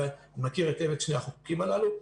ואני מכיר היטב את שני החוקים הללו.